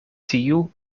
tiu